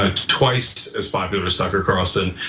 ah twice as popular as tucker carlson,